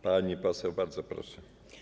Pani poseł, bardzo proszę.